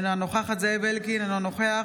אינה נוכחת זאב אלקין, אינו נוכח